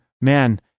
man